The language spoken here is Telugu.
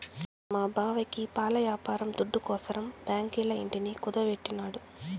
మా బావకి పాల యాపారం దుడ్డుకోసరం బాంకీల ఇంటిని కుదువెట్టినాడు